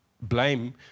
blame